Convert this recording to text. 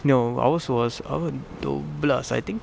no ours was ours dua belas I think